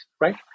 right